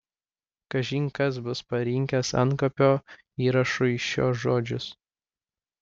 kažin kas bus parinkęs antkapio įrašui šiuos žodžius